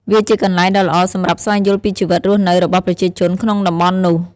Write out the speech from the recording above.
វាជាកន្លែងដ៏ល្អសម្រាប់ស្វែងយល់ពីជីវិតរស់នៅរបស់ប្រជាជនក្នុងតំបន់នោះ។